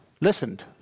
listened